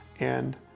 and